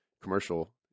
commercial